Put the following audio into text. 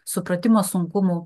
supratimo sunkumų